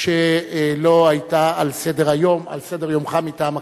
שלא היתה על סדר-יומך מטעם הכנסת.